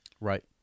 Right